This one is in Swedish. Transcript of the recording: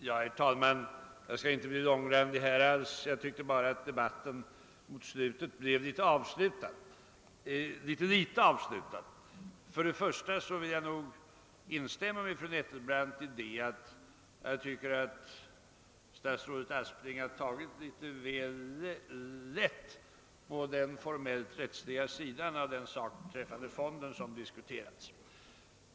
Herr talman! Jag skall inte alls bli mångordig. Jag tyckte bara att debatten mot slutet blev något för snabbt avklippt. Jag vill instämma i fru Nettelbrandts uppfattning att statsrådet Aspling tagit en smula för lätt på den formellt rättsliga sidan av den fråga som diskuterades i samband med regleringsfonden.